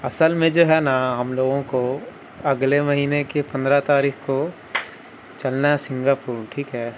اصل میں جو ہے نا ہم لوگوں کو اگلے مہینے کے پندرہ تاریخ کو چلنا ہے سنگاپور ٹھیک ہے